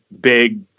big